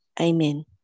Amen